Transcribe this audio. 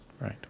Right